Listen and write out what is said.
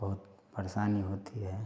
बहुत परेशानी होती है